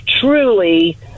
truly